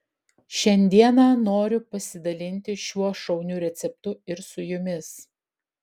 šiandieną noriu pasidalinti šiuo šauniu receptu ir su jumis